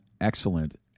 excellent